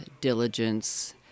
diligence